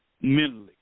mentally